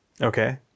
Okay